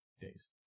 days